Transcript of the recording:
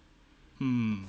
mm